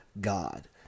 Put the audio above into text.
God